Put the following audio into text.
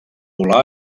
volar